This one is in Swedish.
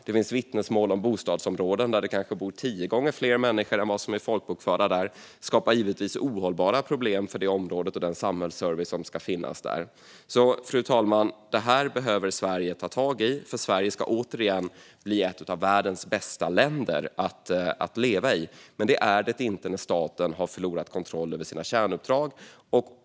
Det finns vittnesmål om bostadsområden där det kanske bor tio gånger fler människor än vad folkbokföringen säger, vilket givetvis skapar ohållbara problem för dessa områden och för den samhällsservice som ska finnas där. Fru talman! Detta behöver Sverige ta tag i, för Sverige ska återigen bli ett av världens bästa länder att leva i. Det är det inte när staten har förlorat kontrollen över sina kärnuppdrag.